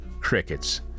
crickets